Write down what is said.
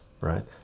right